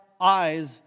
eyes